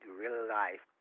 real-life